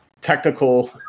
technical